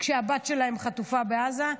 כשהבת שלהם חטופה בעזה,